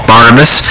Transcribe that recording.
Barnabas